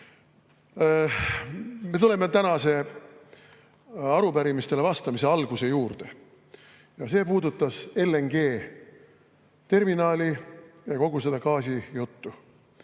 Me tuleme tänastele arupärimistele vastamise alguse juurde. See puudutas LNG-terminali ja kogu seda gaasijuttu.